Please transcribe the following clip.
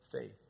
faith